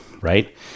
Right